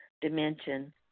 dimension